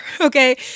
okay